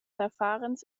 verfahrens